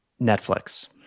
Netflix